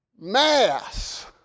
Mass